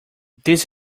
this